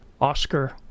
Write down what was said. Oscar